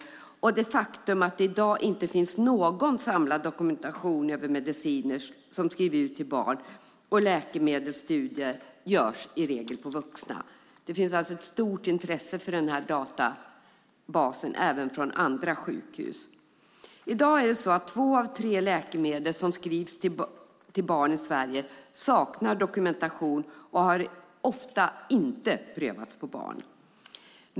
Det är i dag ett faktum att det inte finns någon samlad dokumentation över mediciner som skrivs ut till barn och att läkemedelsstudier i regel görs på vuxna. Det finns alltså ett stort intresse av den här databasen även från andra sjukhus. Två av tre läkemedel som i dag skrivs ut till barn i Sverige saknar dokumentation och har oftast inte prövats på barn.